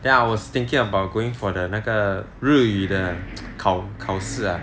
then I was thinking about going for the 那个日语的考考试 ah